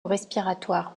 respiratoire